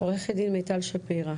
עורכת הדין מיטל שפירא,